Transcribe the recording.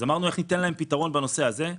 אמרנו: איך ניתן להם פתרון בנושא הזה?